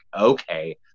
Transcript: okay